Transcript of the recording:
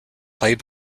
played